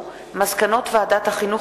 מסקנות ועדת החינוך,